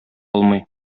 алмый